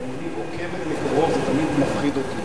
כי המלים "עוקבת מקרוב" תמיד מפחידות אותי.